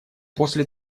после